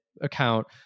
account